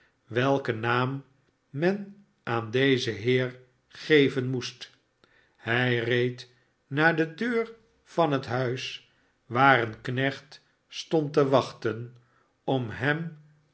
welken naam men aan dezen heer geven moest hij reed naar de deur van het huis waar een knecht stond te wachten om hem